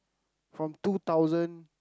from two thousand